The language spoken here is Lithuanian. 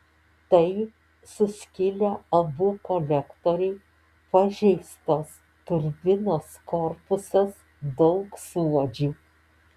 tai suskilę abu kolektoriai pažeistas turbinos korpusas daug suodžių